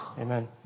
Amen